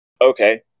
Okay